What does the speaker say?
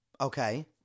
Okay